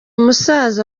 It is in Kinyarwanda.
musaza